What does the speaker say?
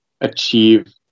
achieve